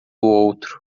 outro